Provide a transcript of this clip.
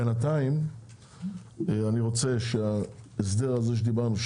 בינתיים אני רוצה שההסדר הזה שדיברנו עליו,